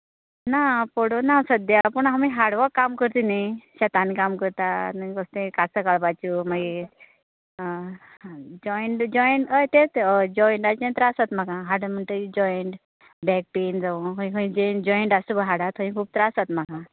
ना पडोना सद्द्या पूण आमी हार्डवर्क काम करता न्ही शेतान काम करता काजू सकाळपाच्यो आनी मागीर जॉयन्ट जॉयन्ट हय तेच तें जॉयन्टाचे त्रास जाता म्हाका हाडां म्हणकीर जॉयन्ट बेक पेन जावं खंय खंय जॉयन्ट आसा पय हाडां आसा थंय खूब त्रास जाता म्हाका